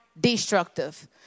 destructive